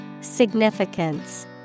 Significance